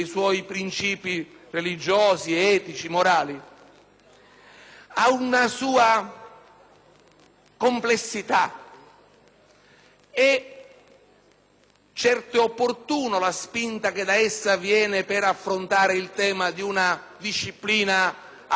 ha una sua complessità. E certo è opportuna la spinta che da essa viene per affrontare il tema di una disciplina attenta e prudente in questo campo,